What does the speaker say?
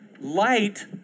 light